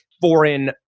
foreign